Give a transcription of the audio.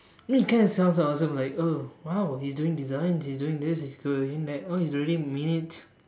it kinda sounds awesome like oh !wow! he's doing designs he's doing this he's doing that oh he really means it